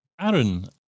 Aaron